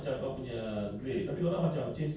so after that you go grade yourself and then ah